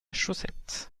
chaussette